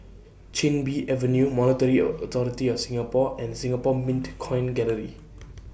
Chin Bee Avenue Monetary Authority of Singapore and Singapore Mint Coin Gallery